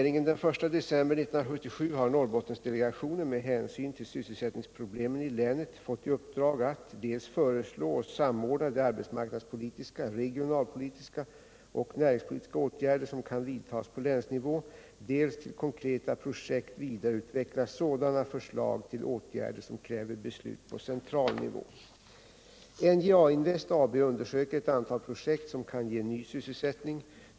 NJA-Invest AB undersöker ett antal projekt som kan ge ny sysselsättning.